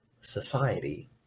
society